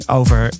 over